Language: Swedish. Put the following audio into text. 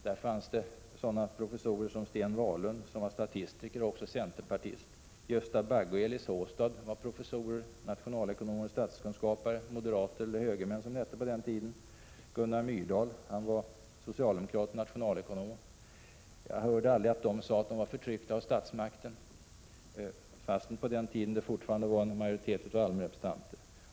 Då fanns där sådana professorer som Sten Wahlund, som var statistiker och centerpartist, Gösta Bagge och Elis Håstad, som var nationalekonomer och statsvetare och moderater, eller högermän som det hette på den tiden, och Gunnar Myrdal var nationalekonom och socialdemokrat. Jag hörde aldrig att de sade att de var förtryckta av statsmakten, fastän det på den tiden fortfarande var en majoritet av allmänrepresentanter.